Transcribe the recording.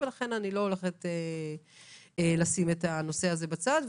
ולכן אני לא הולכת לשים את הנושא הזה בצד.